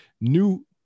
new